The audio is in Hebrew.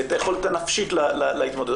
ואת היכולת הנפשית להתמודד.